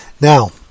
Now